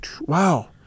wow